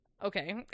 Okay